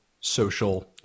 social